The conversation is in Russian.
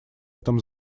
этом